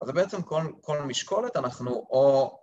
‫אז זה בעצם כל המשקולת, אנחנו, או...